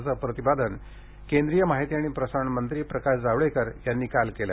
असं प्रतिपादन केंद्रीयमाहिती आणि प्रसारण मंत्री प्रकाश जावडेकर यांनी काल केलं